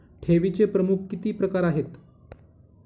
ठेवीचे प्रमुख किती प्रकार आहेत?